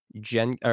gen